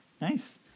nice